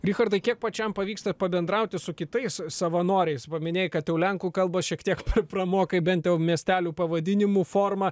richardai kiek pačiam pavyksta pabendrauti su kitais savanoriais paminėjai kad jau lenkų kalbą šiek tiek pramokai bent jau miestelių pavadinimų forma